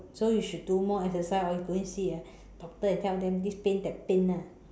so you should do more exercise or you go and see a doctor and tell them this pain that pain ah